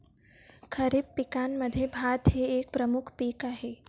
खरीप पिकांमध्ये भात हे एक प्रमुख पीक आहे